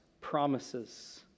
promises